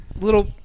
little